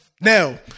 Now